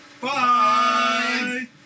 Bye